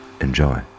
enjoy